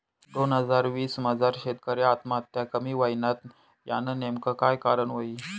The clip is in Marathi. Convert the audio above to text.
दोन हजार वीस मजार शेतकरी आत्महत्या कमी व्हयन्यात, यानं नेमकं काय कारण व्हयी?